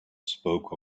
spoke